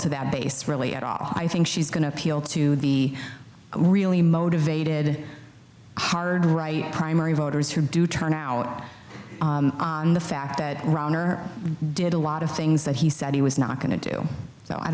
to that base really at all i think she's going to appeal to be really motivated hard right primary voters who do turn out in the fact that runner did a lot of things that he said he was not going to do so i